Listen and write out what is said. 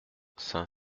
saint